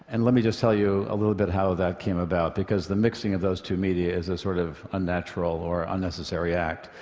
and let me just tell you a little bit of how that came about. because the mixing of those two media is a sort of unnatural or unnecessary act.